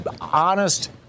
honest